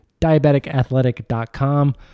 diabeticathletic.com